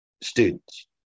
students